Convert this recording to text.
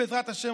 בעזרת השם,